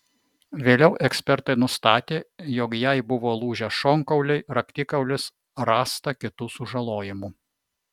vėliau ekspertai nustatė jog jai buvo lūžę šonkauliai raktikaulis rasta kitų sužalojimų